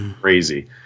crazy